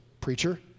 preacher